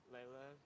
Layla